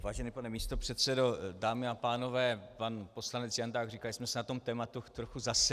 Vážený pane místopředsedo, dámy a pánové, pan poslanec Jandák říkal, že jsme se na tématu trochu zasekli.